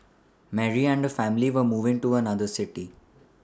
Mary and her family were moving to another city